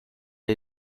est